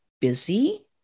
busy